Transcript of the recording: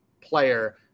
player